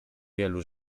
wielu